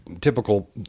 typical